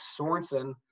Sorensen